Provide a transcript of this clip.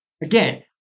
again